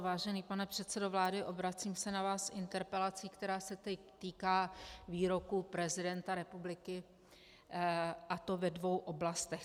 Vážený pane předsedo vlády, obracím se na vás s interpelací, která se týká výroků prezidenta republiky, a to ve dvou oblastech.